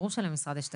ברור שלמשרד יש תקציב.